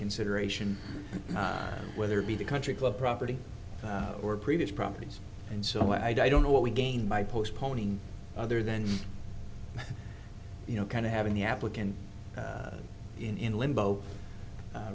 consideration whether it be the country club property or previous properties and so i don't know what we gain by postponing other than you know kind of having the applicant in limbo